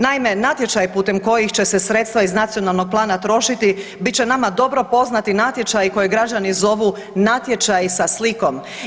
Naime, natječaji putem kojih će se sredstva iz Nacionalnog plana trošiti bit će nama dobro poznati natječaji koje građani zovu natječaji sa slikom.